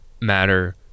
matter